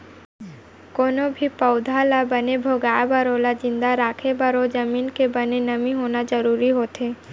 कोनो भी पउधा ल बने भोगाय बर ओला जिंदा राखे बर ओ जमीन के बने नमी होना जरूरी होथे